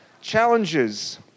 challenges